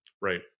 right